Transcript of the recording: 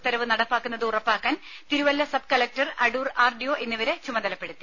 ഉത്തരവ് നടപ്പാക്കുന്നത് ഉറപ്പാക്കാൻ Thiruvalla sub collector Adoor RDO എന്നിവരെ ചുമതലപ്പെടുത്തി